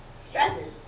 stresses